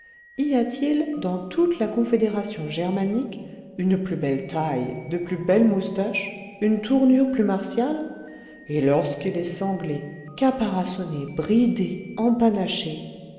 y a-t-il dans toute la confédération germanique une plus belle taille de plus belles moustaches une tournure plus martiale et lorsqu'il est sanglé caparaçonné bridé empanaché